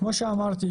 כמו שאמרתי,